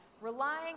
relying